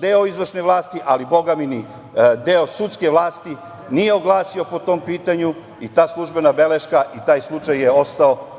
deo izvršne vlasti, ali bogami ni deo sudske vlasti nije oglasio po tom pitanju i ta službena beleška i taj slučaj je ostao